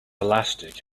elastic